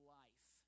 life